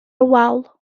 wal